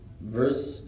verse